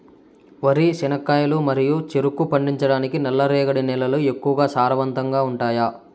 వరి, చెనక్కాయలు మరియు చెరుకు పండించటానికి నల్లరేగడి నేలలు ఎక్కువగా సారవంతంగా ఉంటాయా?